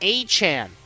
Achan